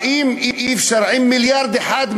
האם אי-אפשר עם מיליארד אחד,